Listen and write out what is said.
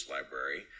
Library